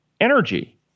energy